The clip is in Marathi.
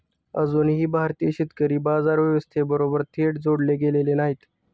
अजूनही भारतीय शेतकरी बाजार व्यवस्थेबरोबर थेट जोडले गेलेले नाहीत